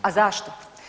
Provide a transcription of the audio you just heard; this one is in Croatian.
A zašto?